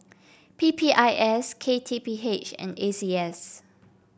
P P I S K T P H and A C S